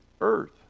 earth